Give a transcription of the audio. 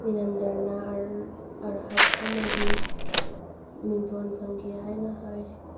ꯃꯤꯅꯟꯗꯔꯅ ꯑꯔꯍꯠ ꯑꯃꯒꯤ ꯃꯤꯡꯊꯣꯜ ꯐꯪꯈꯤ ꯍꯥꯏꯅ ꯍꯥꯏꯔꯤ